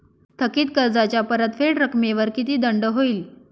थकीत कर्जाच्या परतफेड रकमेवर किती दंड होईल?